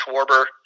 Schwarber